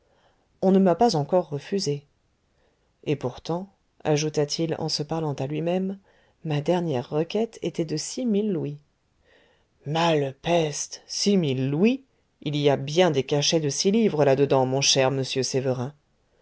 on ne m'a pas encore refusé et pourtant ajouta-t-il en se parlant à lui-même ma dernière requête était de six mille louis malepeste six mille louis il y a bien des cachets de six livres là dedans mon cher monsieur sévérin